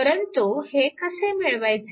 परंतु हे कसे मिळवायचे